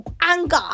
anger